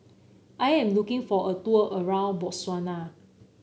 I am looking for a tour around Botswana